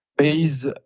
base